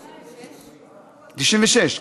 1996,